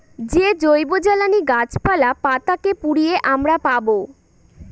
যে জৈবজ্বালানী গাছপালা, পাতা কে পুড়িয়ে আমরা পাবো